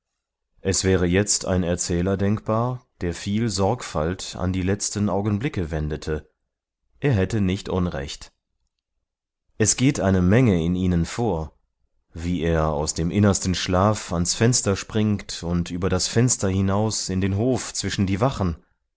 es wäre jetzt ein erzähler denkbar der viel sorgfalt an die letzten augenblicke wendete er hätte nicht unrecht es geht eine menge in ihnen vor wie er aus dem innersten schlaf ans fenster springt und über das fenster hinaus in den hof zwischen die wachen